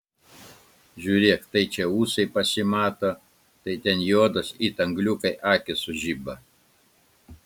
žiūrėk tai čia ūsai pasimato tai ten juodos it angliukai akys sužiba